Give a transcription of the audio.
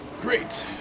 Great